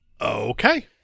Okay